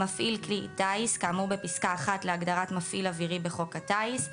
"מפעיל כלי טיס" כאמור בפסקה (1) להגדרת "מפעיל אווירי" בחוק הטיס,